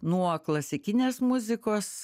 nuo klasikinės muzikos